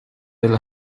desde